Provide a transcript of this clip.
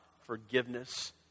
forgiveness